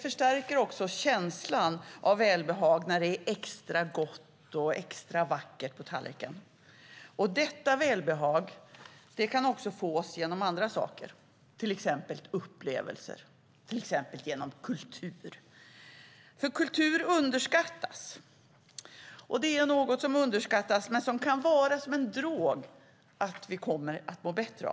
Känslan av välbehag förstärks när det är extra gott och extra vackert på tallriken. Detta välbehag kan också fås genom andra saker, till exempel genom upplevelser och kultur. Kultur underskattas, men den kan vara som en drog som gör att vi mår bättre.